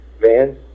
man